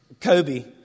Kobe